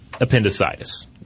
Appendicitis